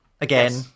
again